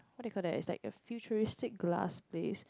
what do you call that it's like a futuristic glass place